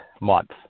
month